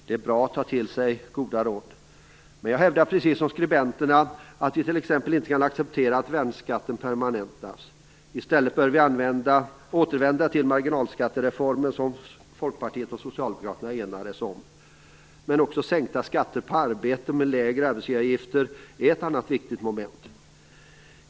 Det är bra att ta till sig goda råd. Men jag hävdar precis som skribenterna att vi t.ex. inte kan acceptera att värnskatten permanentas. I stället bör vi återvända till marginalskattereformen, som Folkpartiet och Socialdemokraterna enats om. Sänkta skatter på arbete med lägre arbetsgivaravgifter är ett annat viktigt moment.